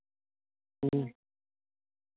ᱦᱩᱸ